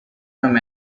from